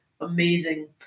amazing